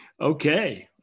Okay